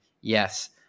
Yes